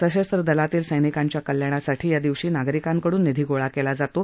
सशस्त्र दलातील सैनिकांच्या कल्याणासाठी या दिवशी नागरिकांकडून निधी गोळा केला जातो